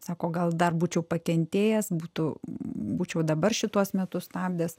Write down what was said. sako gal dar būčiau pakentėjęs būtų būčiau dabar šituos metus stabdęs